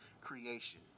creation